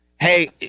Hey